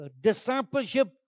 discipleship